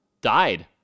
died